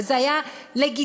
וזה היה לגיטימי.